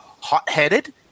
Hot-headed